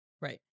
Right